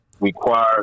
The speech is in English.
require